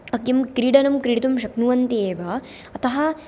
किं क्रीडनं कीडितुं शक्नुवन्ति एव अतः